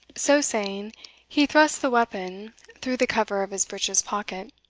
so saying he thrust the weapon through the cover of his breeches pocket.